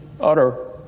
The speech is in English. Utter